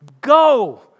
go